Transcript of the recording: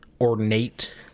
ornate